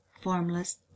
formless